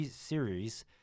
series